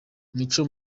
mico